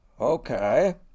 Okay